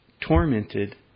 tormented